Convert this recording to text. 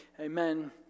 Amen